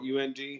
UND